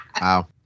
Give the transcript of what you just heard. Wow